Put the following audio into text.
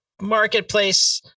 marketplace